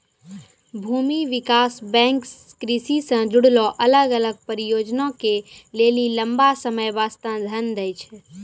भूमि विकास बैंक कृषि से जुड़लो अलग अलग परियोजना के लेली लंबा समय बास्ते धन दै छै